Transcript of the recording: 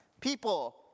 people